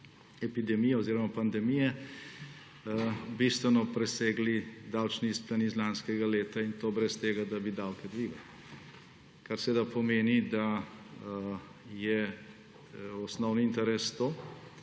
epidemije oziroma pandemije, bistveno presegli davčni izplen iz lanskega leta, in to bo brez tega, da bi davke dvigali. To pomeni, da je osnovni interes,